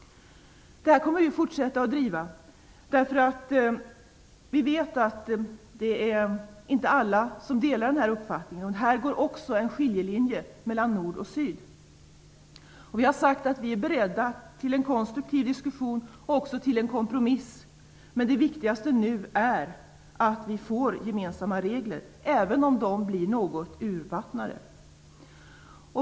Det här kommer vi att fortsätta att driva, därför att vi vet att inte alla delar vår uppfattning. Här går också en skiljelinje mellan nord och syd. Vi har sagt att vi är beredda till en konstruktiv diskussion och också till en kompromiss. Det viktigaste nu är att vi får gemensamma regler, även om de blir något urvattnade.